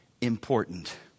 important